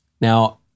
Now